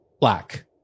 Black